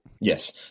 Yes